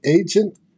agent